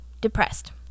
depressed